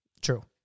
True